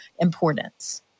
importance